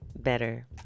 better